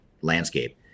landscape